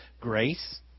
Grace